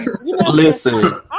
Listen